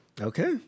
Okay